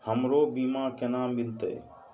हमरो बीमा केना मिलते?